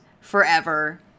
forever